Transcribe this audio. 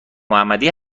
محمدی